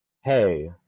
hey